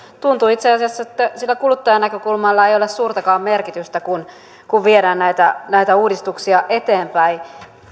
tuntuu itse asiassa että sillä kuluttajan näkökulmalla ei ole suurtakaan merkitystä kun kun viedään näitä näitä uudistuksia eteenpäin